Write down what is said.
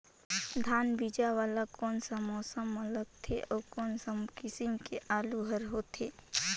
धान बीजा वाला कोन सा मौसम म लगथे अउ कोन सा किसम के आलू हर होथे?